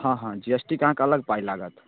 हँ हँ G S T के अहाँके अलग पाइ लागत